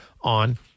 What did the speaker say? on